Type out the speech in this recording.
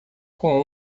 com